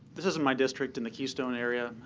this isn't my district in the keystone area,